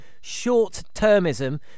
Short-termism